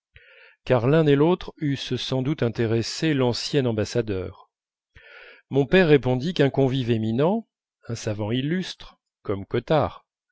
car l'un et l'autre eussent sans doute intéressé l'ancien ambassadeur mon père répondit qu'un convive éminent un savant illustre comme cottard